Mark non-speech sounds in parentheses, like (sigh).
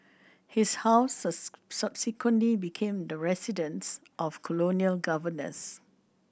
his house (unintelligible) subsequently became the residence of colonial governors